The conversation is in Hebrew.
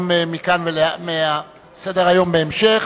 מסדר-היום בהמשך.